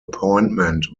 appointment